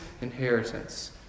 inheritance